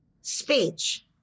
speech